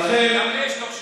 גם לי יש תואר שני.